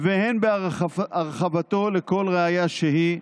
והן בהרחבתו לכל ראיה שהיא,